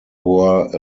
were